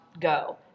go